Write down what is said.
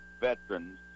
veterans